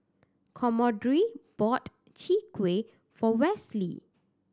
Commodore bought Chwee Kueh for Wesley